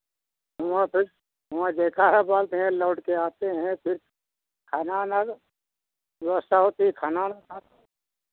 हुआँ फिर हुआँ जयकारा बालते हैं लौट के आते हैं फिर खाना ओना व्यवस्था होती है खाना ओना खाते हैं